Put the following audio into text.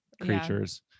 creatures